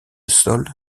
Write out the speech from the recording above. sol